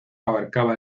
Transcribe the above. abarcaba